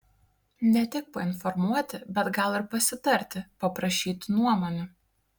ne tik painformuoti bet gal ir pasitarti paprašyti nuomonių